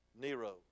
Nero